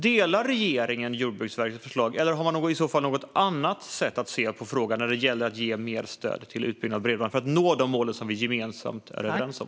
Står regeringen bakom Jordbruksverkets förslag, eller har man något annat sätt att se på frågan när det gäller att ge mer stöd till utbyggnad av bredband för att nå de mål som vi gemensamt är överens om?